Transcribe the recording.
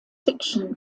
fiction